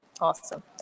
awesome